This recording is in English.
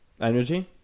energy